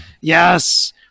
Yes